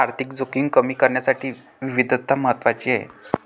आर्थिक जोखीम कमी करण्यासाठी विविधता महत्वाची आहे